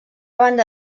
banda